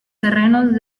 terrenos